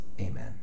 Amen